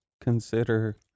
consider